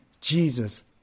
Jesus